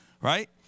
right